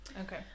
okay